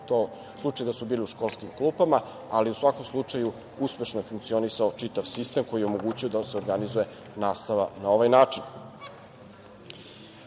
to slučaj da su bili u školskim klupama, ali u svakom slučaju uspešno je funkcionisao čitav sistem koji je omogućio da se organizuje nastava na ovaj